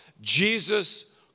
Jesus